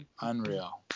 unreal